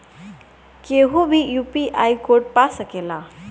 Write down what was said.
केहू भी UPI code पा सकेला?